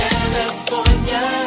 California